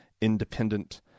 independent